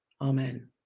amen